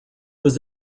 was